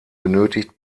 benötigt